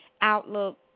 Outlook